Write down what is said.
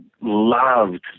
loved